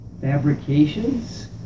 fabrications